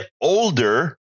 older